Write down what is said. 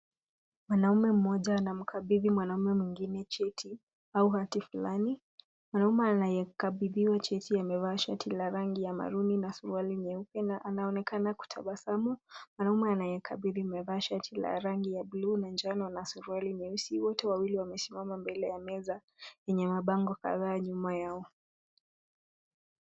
Mwanaume mmoja anamkabithi mwanaume mwingine cheti au hati fulani. Mwanaume anayekabithiwa cheti amavaa shati la rangi ya maruni na suruali nyuepe na anaonekana kutabasamu. Mwanaume anayakabithi amavaa shati ya rangi ya bluu na njano na suruali nyeusi. Wote wawili wamesimama mbele ya meza yenye mabango kadhaa nyuma yao.